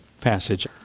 passage